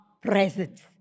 presence